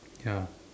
ya